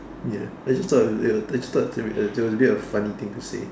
ya I just thought I just thought it was a bit of funny thing to say